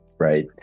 Right